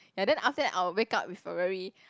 ya then after that I'll wake up with a very